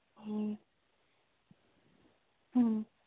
ꯎꯝ ꯎꯝ